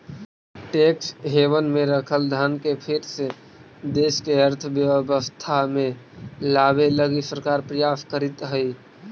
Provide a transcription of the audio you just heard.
tax haven में रखल धन के फिर से देश के अर्थव्यवस्था में लावे लगी सरकार प्रयास करीतऽ हई